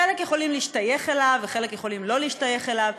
חלק יכולים להשתייך אליו וחלק יכולים שלא להשתייך אליו.